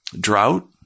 drought